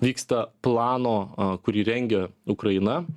vyksta plano a kurį rengia ukraina